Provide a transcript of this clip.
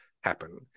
happen